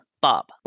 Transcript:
Bob